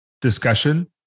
discussion